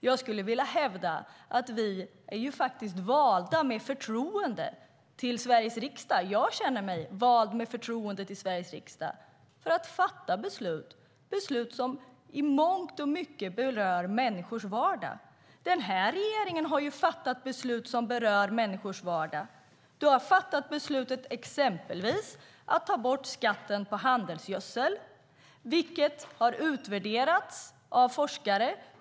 Jag skulle vilja hävda att vi faktiskt är valda med förtroende till Sveriges riksdag. Jag känner mig vald med förtroende till Sveriges riksdag för att fatta beslut som i mångt och mycket berör människors vardag. Den här regeringen har fattat beslut som berör människors vardag. Du, Eskil Erlandsson, har exempelvis fattat beslutet att ta bort skatten på handelsgödsel, vilket har utvärderats av forskare.